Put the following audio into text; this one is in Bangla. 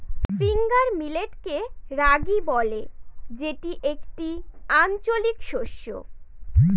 ফিঙ্গার মিলেটকে রাগি বলে যেটি একটি আঞ্চলিক শস্য